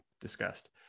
discussed